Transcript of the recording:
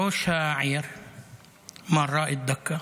ראש העירייה מר ראיד דקה